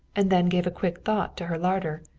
and then gave a quick thought to her larder.